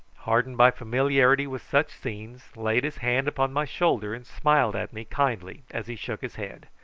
hardened by familiarity with such scenes, laid his hand upon my shoulder, and smiled at me kindly as he shook his head.